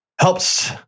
helps